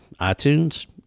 iTunes